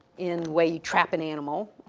in way you trap an animal,